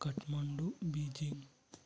Kathmandu Beijing